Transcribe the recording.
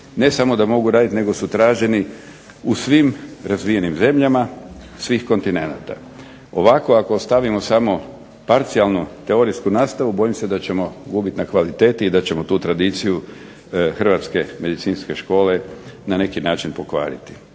ne samo da mogu raditi nego su traženi u svim razvijenim zemljama, svih kontinenata. Ovako ako ostavimo samo parcijalno teorijsku nastavu bojim se da ćemo gubiti na kvaliteti i da ćemo tu tradiciju Hrvatske medicinske škole na neki način pokvariti.